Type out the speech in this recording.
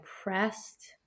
pressed